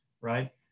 right